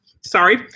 sorry